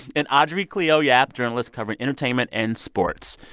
and audrey cleo yap, journalist covering entertainment and sports.